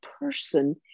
person